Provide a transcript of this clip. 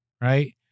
right